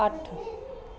ਅੱਠ